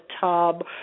tub